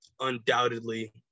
undoubtedly